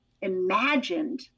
imagined